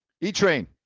E-Train